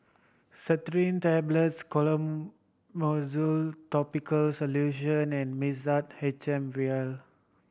Tablets Clotrimozole Topical Solution and Mixtard H M Vial